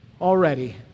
already